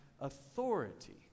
authority